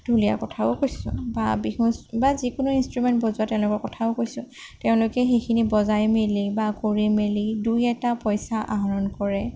ঢুলীয়া কথাও কৈছোঁ বা বিহু বা যিকোনো ইনষ্ট্ৰোমেণ্ট বজোৱা তেওঁলোকৰ কথাও কৈছোঁ তেওঁলোকে সেইখিনি বজাই মেলি বা কৰি মেলি দুই এটা পইচা আহৰণ কৰে